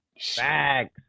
Facts